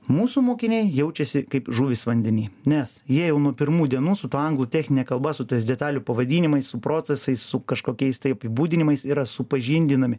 mūsų mokiniai jaučiasi kaip žuvys vandeny nes jie jau nuo pirmų dienų su ta anglu tiek nekalba su tais detalių pavadinimais su procesais su kažkokiais tai apibūdinimais yra supažindinami